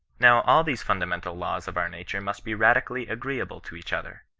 now all these fundamental laws of our nature must be radically agreeable to each other.